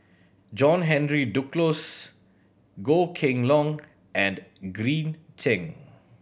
John Henry Duclos Goh Kheng Long and Green Zeng